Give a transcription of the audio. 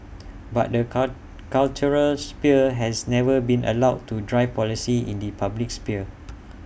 but the cut cultural sphere has never been allowed to drive policy in the public sphere